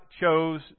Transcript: chose